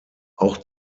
auch